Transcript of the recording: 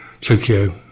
Tokyo